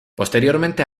posteriormente